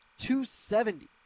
270